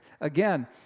again